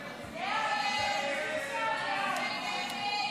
הסתייגות 11 לא נתקבלה.